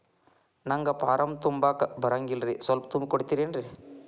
ನಂಗ ಫಾರಂ ತುಂಬಾಕ ಬರಂಗಿಲ್ರಿ ಸ್ವಲ್ಪ ತುಂಬಿ ಕೊಡ್ತಿರೇನ್ರಿ?